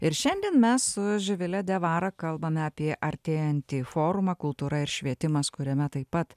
ir šiandien mes su živile diavara kalbame apie artėjantį forumą kultūra ir švietimas kuriame taip pat